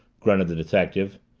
grunted the detective.